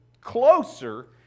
closer